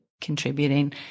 contributing